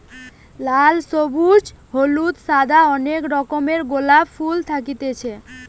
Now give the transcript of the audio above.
লাল, সবুজ, হলুদ, সাদা অনেক রকমের গোলাপ ফুল থাকতিছে